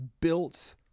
built